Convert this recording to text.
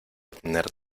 tener